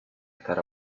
estar